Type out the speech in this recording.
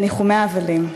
בניחומי האבלים.